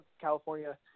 California